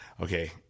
Okay